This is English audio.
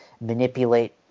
manipulate